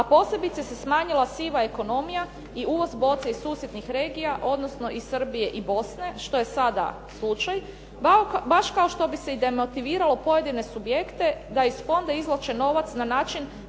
A posebice se smanjila siva ekonomija i uvoz boca iz susjednih regija odnosno iz Srbije i Bosne što je sada slučaj, baš kao što bi se i demotiviralo pojedine subjekte da iz fonda izvlače novac na način